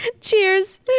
Cheers